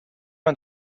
una